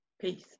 Peace